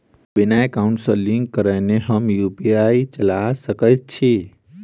बिना एकाउंट सँ लिंक करौने हम यु.पी.आई चला सकैत छी?